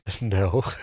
No